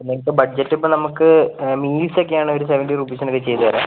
അതിനിപ്പം ബഡ്ജറ്റ് ഇപ്പം നമുക്ക് മീൽസ് ഒക്കെ ആണെങ്കിൽ ഒരു സെവൻറി റുപ്പീസിനൊക്കെ ചെയ്തുതരാം